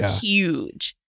Huge